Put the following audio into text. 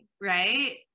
right